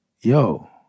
yo